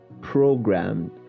programmed